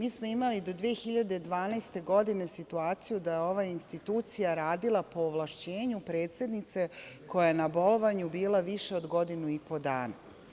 Imali smo do 2012. godine situaciju da je ova institucija radila po ovlašćenju predsednice koja je na bolovanju bila više od godinu i po dana.